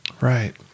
Right